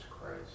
Christ